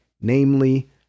namely